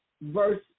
verse